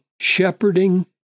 shepherding